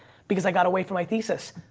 because i got away from my thesis,